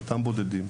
את אותם בודדים,